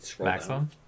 Maximum